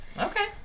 Okay